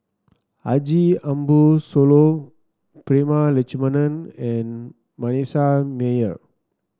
Haji Ambo Sooloh Prema Letchumanan and Manasseh Meyer